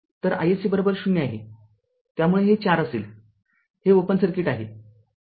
तर iSC ० आहेत्यामुळे हे ४ असेल हे ओपन सर्किट आहे